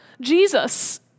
Jesus